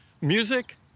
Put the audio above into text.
music